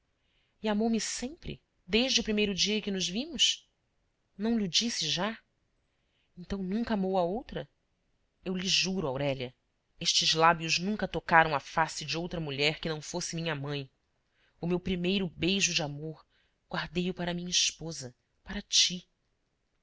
e amou me sempre desde o primeiro dia que nos vimos não lho disse já então nunca amou a outra eu lhe juro aurélia estes lábios nunca tocaram a face de outra mulher que não fosse minha mãe o meu primeiro beijo de amor guardei o para minha esposa para ti